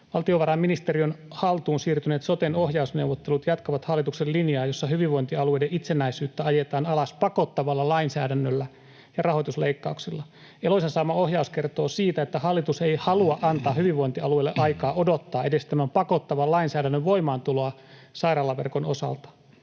Valtiovarainministeriön haltuun siirtyneet soten ohjausneuvottelut jatkavat hallituksen linjaa, jossa hyvinvointialueiden itsenäisyyttä ajetaan alas pakottavalla lainsäädännöllä ja rahoitusleikkauksilla. Eloisan saama ohjaus kertoo siitä, että hallitus ei halua antaa hyvinvointialueille aikaa odottaa edes tämän pakottavan lainsäädännön voimaantuloa sairaalaverkon osalta.